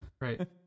Right